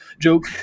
joke